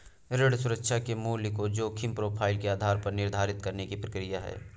ऋण सुरक्षा के मूल्य को जोखिम प्रोफ़ाइल के आधार पर निर्धारित करने की प्रक्रिया है